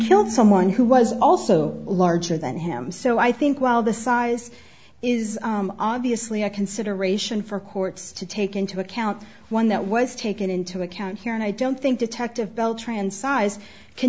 killed someone who was also larger than him so i think while the size is obviously a consideration for courts to take into account one that was taken into account here and i don't think detective beltran size can